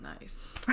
Nice